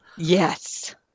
Yes